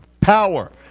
power